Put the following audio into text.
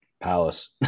palace